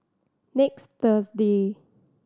next Thursday